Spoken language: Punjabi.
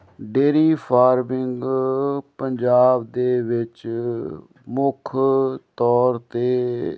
ਡੇਅਰੀ ਫਾਰਮਿੰਗ ਪੰਜਾਬ ਦੇ ਵਿੱਚ ਮੁੱਖ ਤੌਰ 'ਤੇ